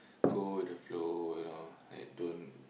go with the flow you know like don't